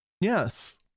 Yes